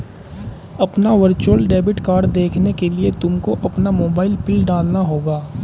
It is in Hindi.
अपना वर्चुअल डेबिट कार्ड देखने के लिए तुमको अपना मोबाइल पिन डालना होगा